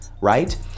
right